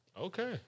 okay